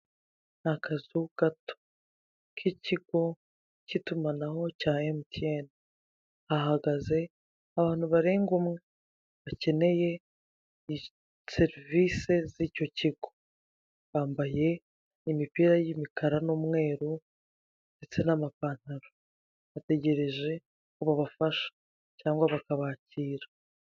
Ni akazu gato, k'ikigo k'itumanaho cya MTN, hahagaze abantu barenga umwe, bakeneye serivise z'icyo kigo, bambaye imipira y'umukara n'umweru ndetse n'amapantaro, bategereje ubwo bufasha cyangwa bakabakira.